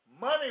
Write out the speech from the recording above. Money